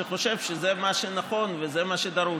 שחושב שזה מה שנכון וזה מה שדרוש,